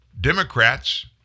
Democrats